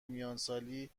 میانسالی